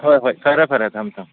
ꯍꯣꯏ ꯍꯣꯏ ꯐꯔꯦ ꯐꯔꯦ ꯊꯝꯃꯦ ꯊꯝꯃꯦ